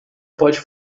pode